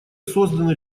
созданы